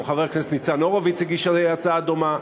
וגם חבר הכנסת ניצן הורוביץ הגיש הצעה דומה.